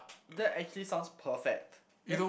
that actually sounds perfect that